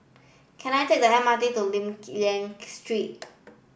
can I take the M R T to Lim Liak Street